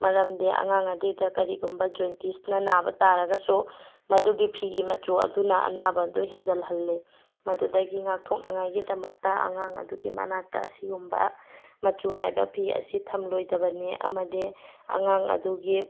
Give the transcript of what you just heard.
ꯃꯔꯝꯗꯤ ꯑꯉꯥꯡ ꯑꯗꯨꯗ ꯀꯔꯤꯒꯨꯝꯕ ꯖꯣꯟꯇꯤꯁꯅ ꯅꯥꯕ ꯇꯥꯔꯒꯁꯨ ꯃꯗꯨꯒꯤ ꯐꯤꯒꯤ ꯃꯆꯨ ꯑꯗꯨꯅ ꯑꯅꯥꯕ ꯑꯗꯨ ꯍꯦꯟꯖꯟ ꯍꯜꯂꯤ ꯃꯗꯨꯗꯒꯤ ꯉꯥꯛꯊꯣꯛꯅꯉꯥꯏꯒꯤꯗꯃꯛꯇ ꯑꯉꯥꯡ ꯑꯗꯨꯒꯤ ꯃꯅꯥꯛꯇ ꯑꯁꯤꯒꯨꯝꯕ ꯃꯆꯨ ꯅꯥꯏꯕ ꯐꯤ ꯑꯁꯤ ꯊꯝꯂꯣꯏꯗꯕꯅꯤ ꯑꯃꯗꯤ ꯑꯉꯥꯡ ꯑꯗꯨꯒꯤ